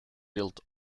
built